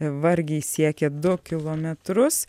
vargiai siekia du kilometrus